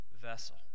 vessel